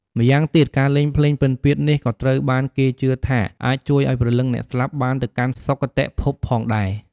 ម្យ៉ាងទៀត ការលេងភ្លេងពិណពាទ្យនេះក៏ត្រូវបានគេជឿថាអាចជួយឱ្យព្រលឹងអ្នកស្លាប់បានទៅកាន់សុគតិភពផងដែរ។